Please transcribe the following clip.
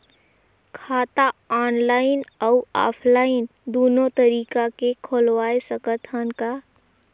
खाता ऑनलाइन अउ ऑफलाइन दुनो तरीका ले खोलवाय सकत हन का?